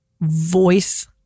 Voice